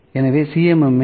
எனவே C